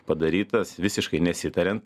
padarytas visiškai nesitarian